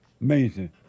Amazing